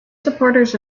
supporters